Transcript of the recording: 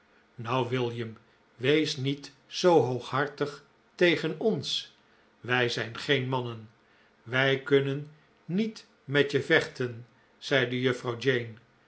nou william wees niet zoo hooghartig tegen ons wij zijn geen mannen wij kunnen niet met je vechten zeide juffrouw jane